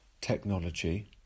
technology